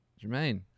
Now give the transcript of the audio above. Jermaine